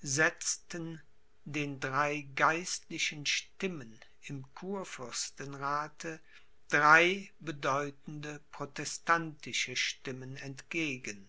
setzten den drei geistlichen stimmen im kurfürstenrathe drei bedeutende protestantische stimmen entgegen